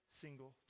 single